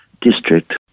district